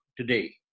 today